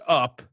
up